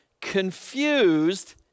Confused